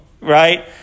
right